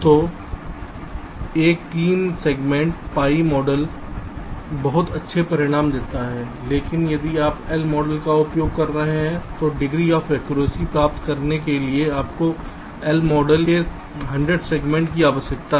तो एक 3 segment pi model बहुत अच्छे परिणाम देता है लेकिन यदि आप L मॉडल का उपयोग कर रहे हैं तो डिग्री ऑफ एक्यूरेसी प्राप्त करने के लिए आपको इस L मॉडल के 100 सेगमेंट की आवश्यकता है